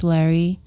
Larry